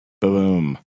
Boom